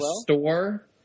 store